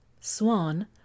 swan